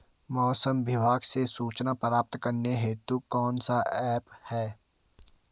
मौसम विभाग से सूचना प्राप्त करने हेतु कौन सा ऐप है?